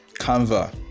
canva